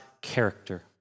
character